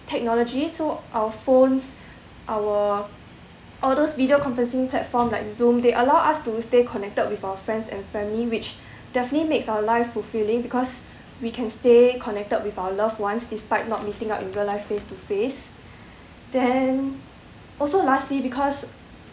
technology so our phones our all those video conferencing platform like zoom they allow us to stay connected with our friends and family which definitely makes our life fulfilling because we can stay connected with our loved ones despite not meeting up in real life face to face then also lastly because